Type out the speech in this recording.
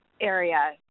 area